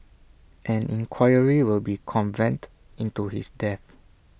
an inquiry will be convened into his death